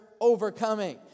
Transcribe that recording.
overcoming